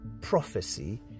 prophecy